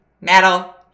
metal